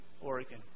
Oregon